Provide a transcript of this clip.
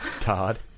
Todd